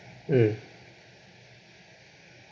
um